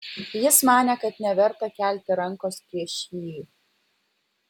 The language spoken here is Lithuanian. jis manė kad neverta kelti rankos prieš jį